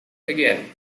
again